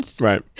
right